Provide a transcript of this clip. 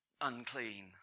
unclean